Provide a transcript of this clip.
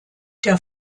der